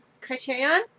Criterion